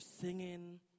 singing